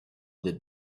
the